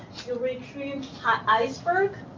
you retrieve an iceberg.